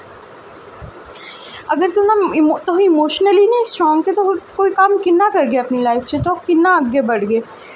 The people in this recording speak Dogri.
अगर तुस इमोशनली ना स्ट्रांग ते तुस कोई कम्म कि'यां करगे अपनी लाइफ च तुस कि'यां अग्गें बढ़गे